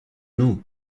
nous